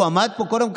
הוא עמד פה קודם,